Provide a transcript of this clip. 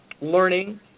learning